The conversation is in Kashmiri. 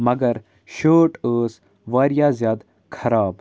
مگر شٲٹ ٲس واریاہ زیادٕ خراب